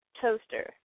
toaster